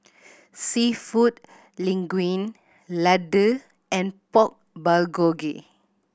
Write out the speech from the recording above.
Seafood Linguine Ladoo and Pork Bulgogi